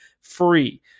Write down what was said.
free